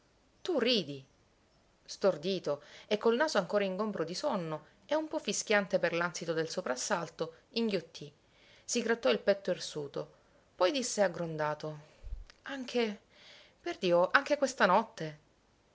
tu ridi stordito e col naso ancora ingombro di sonno e un po fischiante per l'ansito del soprassalto inghiottì si grattò il petto irsuto poi disse aggrondato anche perdio anche questa notte